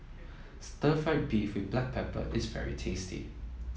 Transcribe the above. Stir Fried Beef with Black Pepper is very tasty